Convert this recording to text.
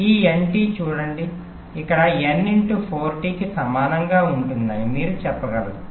ఈ nT చూడండి ఇది n × 4 t కి సమానంగా ఉంటుందని మీరు చెప్పగలరు